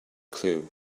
clue